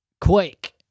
Quick